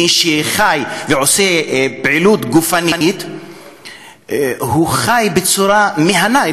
מי שחי ועושה פעילות גופנית חי בצורה מהנה,